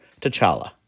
T'Challa